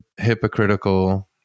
hypocritical